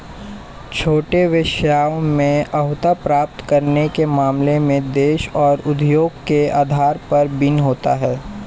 छोटे व्यवसायों में अर्हता प्राप्त करने के मामले में देश और उद्योग के आधार पर भिन्न होता है